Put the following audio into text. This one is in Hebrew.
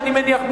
אני מניח,